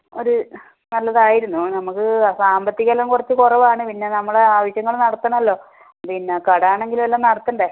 ഒര് നല്ലതായിരുന്നു നമുക്ക് സാമ്പത്തികം എല്ലം കുറച്ച് കുറവാണ് പിന്നെ നമ്മളുടെ ആവശ്യങ്ങള് നടത്തണമല്ലോ പിന്നെ കടമാണെങ്കിലും എല്ലാം നടത്തണ്ടേ